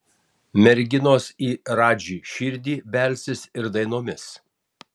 merginos į radži širdį belsis ir dainomis